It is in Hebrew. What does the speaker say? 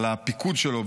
על הפיקוד שלו.